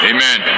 Amen